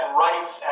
rights